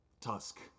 tusk